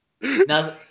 Now